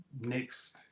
next